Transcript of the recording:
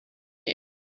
you